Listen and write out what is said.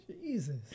Jesus